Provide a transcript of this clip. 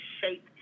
shape